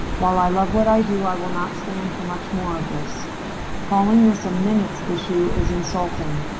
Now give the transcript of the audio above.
while i love what i do, i will not stand for much more of this calling this a minutes. issue is insulting,